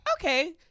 okay